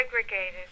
segregated